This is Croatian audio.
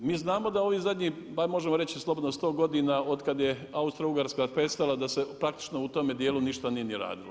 Mi znamo da ovi zadnji pa možemo reći slobodno sto godina od kad je Austro-ugarska prestala da se praktično u tome dijelu ništa nije ni radilo.